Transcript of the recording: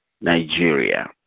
Nigeria